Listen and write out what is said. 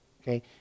Okay